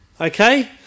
Okay